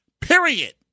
period